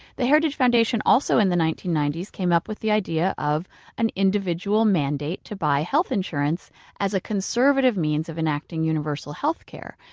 the heritage foundation, also in the nineteen ninety s, came up with the idea of an individual mandate to buy health insurance as a conservative means of enacting universal health care.